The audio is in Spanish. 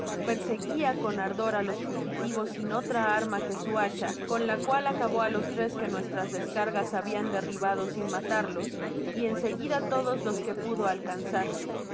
perseguia con ardor á los fugitivos sin otra arma que su hacha con la cual acabó á los tres que nuestras descargas habian derribado sin matarlos y en seguida todos les que pudo alcanzar